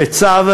בצו,